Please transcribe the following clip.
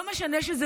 לא משנה שזה